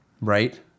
Right